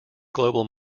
global